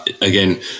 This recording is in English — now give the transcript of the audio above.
again